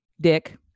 dick